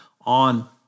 on